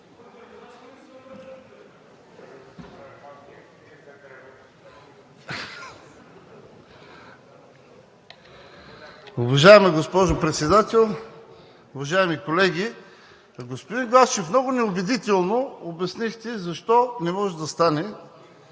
Уважаема госпожо Председател, уважаеми колеги! Господин Главчев, много неубедително обяснихте защо не може да стане